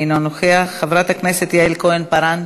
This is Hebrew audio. אינו נוכח, חברת הכנסת יעל כהן-פארן,